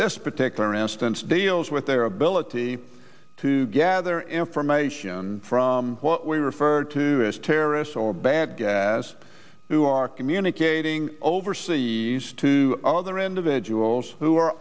this particular instance deals with their ability to gather information from what we refer to as terrorists or bad as who are communicating overseas to other individuals who are